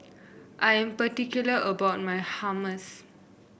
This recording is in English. I'm particular about my Hummus